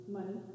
Money